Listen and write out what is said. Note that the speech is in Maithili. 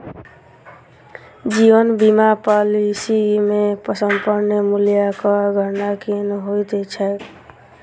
जीवन बीमा पॉलिसी मे समर्पण मूल्यक गणना केना होइत छैक?